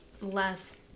less